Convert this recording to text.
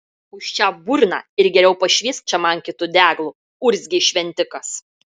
užčiaupk burną ir geriau pašviesk čia man kitu deglu urzgė šventikas